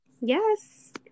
yes